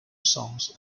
songs